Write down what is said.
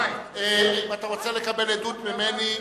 אם אתה רוצה לקבל עדות ממני,